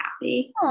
happy